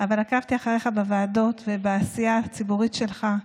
אבל עקבתי אחריך בוועדות ובעשייה הציבורית שלך,